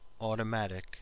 automatic